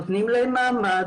נותנים להם מעמד,